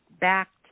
backed